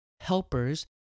helpers